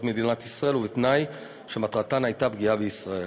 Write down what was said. מדינת ישראל ובתנאי שמטרתן הייתה פגיעה בישראל.